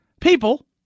people